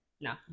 No